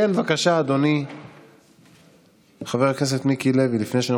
מאבדות ומאבדים כסף יקר וזמן